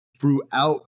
throughout